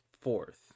fourth